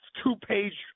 two-page